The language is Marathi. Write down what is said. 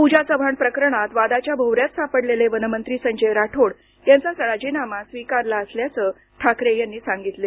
पूजा चव्हाण प्रकरणात वादाच्या भोवऱ्यात सापडलेले वनमंत्री संजय राठोड यांचा राजीनामा स्वीकारला असल्याचं ठाकरे यांनी सांगितलं